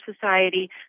Society